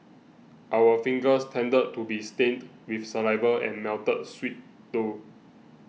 our fingers tended to be stained with saliva and melted sweet though